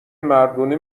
مردونه